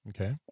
Okay